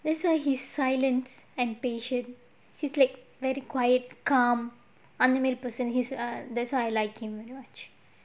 this why his silence and patient he's like very quiet calm animal person he's err that's why I like him very much